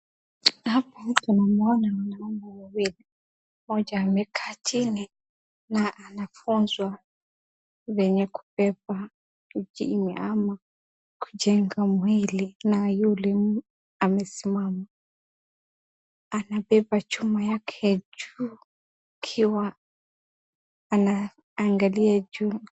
Hapa tunawaona wanaume wawili mmoja amekaa chini, na anafunzwa venye kubeba jiwe ama kujenga mwili na yule amesimama, anabeba chuma yake juu ikiwa anaangalia juu.